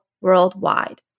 worldwide